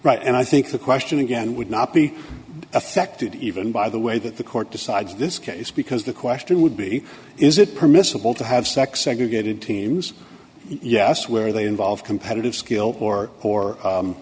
right and i think the question again would not be affected even by the way that the court decides this case because the question would be is it permissible to have sex segregated teams yes where they involve competitive skill or or